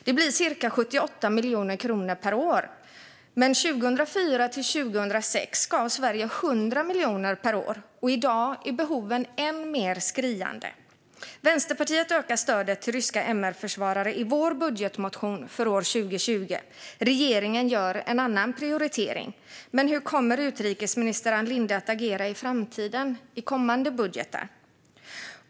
Det blir ca 78 miljoner kronor per år. Men åren 2004 till 2006 gav Sverige 100 miljoner per år, och i dag är behoven än mer skriande. Vi i Vänsterpartiet ökar stödet till ryska MR-försvarare i vår budgetmotion för år 2020. Regeringen gör en annan prioritering. Men hur kommer utrikesminister Ann Linde att agera i framtiden, i kommande budgetar?